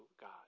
God